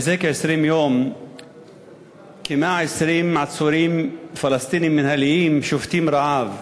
מזה כ-20 יום כ-120 עצורים פלסטינים מינהליים שובתים רעב.